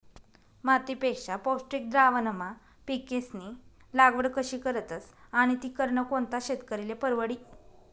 मातीपेक्षा पौष्टिक द्रावणमा पिकेस्नी लागवड कशी करतस आणि ती करनं कोणता शेतकरीले परवडी?